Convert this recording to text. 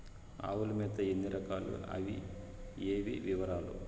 ఆవుల మేత ఎన్ని రకాలు? అవి ఏవి? వివరాలు?